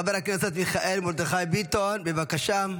חבר הכנסת מיכאל מרדכי ביטון, בבקשה.